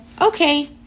Okay